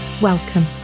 Welcome